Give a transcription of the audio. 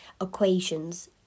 equations